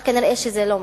אבל כנראה זה לא מספיק.